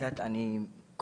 נכון, זהבה.